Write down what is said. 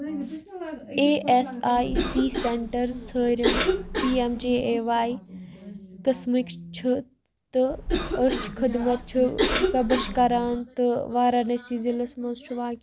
A S I C centre ژھار یِم P M J A Y قٕسمٕکۍ چھِ تہٕ أچھ خدمت چھِ پبش کران تہٕ وارانٔسی ضلعس مَنٛز چھُ واقع